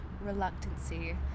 Reluctancy